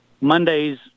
Mondays